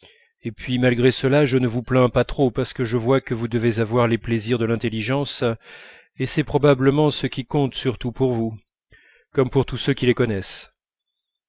et puis malgré cela je ne vous plains pas trop parce que je vois bien que vous devez avoir les plaisirs de l'intelligence et c'est probablement ce qui compte surtout pour vous comme pour ceux qui les connaissent